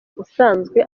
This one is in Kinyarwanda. usanzwe